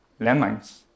landmines